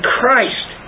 Christ